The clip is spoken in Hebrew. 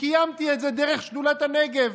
וקיימתי את זה דרך שדולת הנגב.